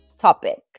topic